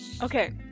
Okay